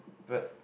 but